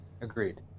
agreed